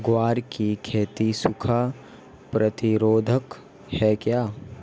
ग्वार की खेती सूखा प्रतीरोधक है क्या?